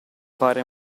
fare